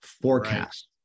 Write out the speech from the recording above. forecast